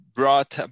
brought